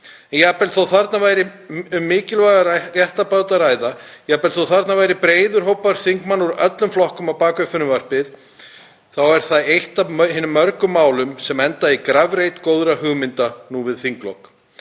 jafnvel þó að þarna sé um mikilvægar réttarbætur að ræða, jafnvel þótt þarna sé breiður hópur þingmanna úr öllum flokkum á bak við frumvarpið, þá er það eitt af hinum mörgu málum sem enda í grafreit góðra hugmynda nú við þinglok.